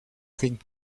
fin